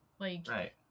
Right